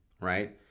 right